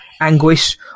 anguish